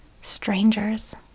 strangers